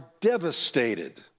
devastated